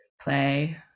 play